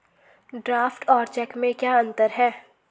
Draft और cheque में क्या अंतर है?